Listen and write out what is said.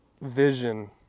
vision